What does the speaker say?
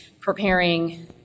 preparing